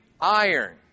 iron